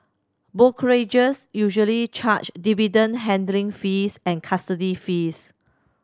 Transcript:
brokerages usually charge dividend handling fees and custody fees